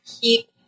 keep